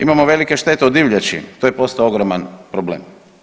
Imamo velike štete od divljači, to je postao ogroman problem.